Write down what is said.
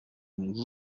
nous